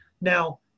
Now